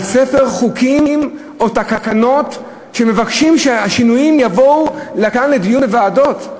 על ספר חוקים או תקנות שמבקשים שהשינויים בהם יבואו לכאן לדיון בוועדות?